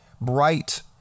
bright